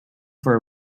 for